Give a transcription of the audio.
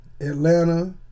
Atlanta